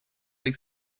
lake